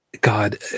God